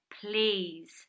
please